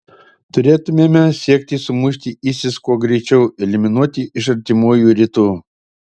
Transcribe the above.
turėtumėme siekti sumušti isis kuo greičiau eliminuoti iš artimųjų rytų